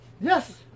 Yes